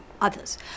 others